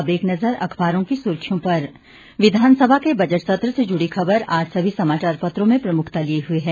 अब एक नजर अखबारों की सुर्खियों पर विधानसभा के बजट सत्र से जुड़ी खबर आज समाचारपत्रों में प्रमुखता लिए हुए है